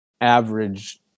average